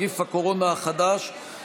במאמץ הלאומי לצמצום התפשטות נגיף הקורונה החדש (הוראת שעה),